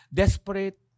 desperate